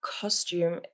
costume